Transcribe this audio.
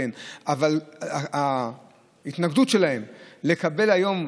אבל ההתנגדות שלהם לקבל היום,